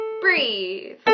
breathe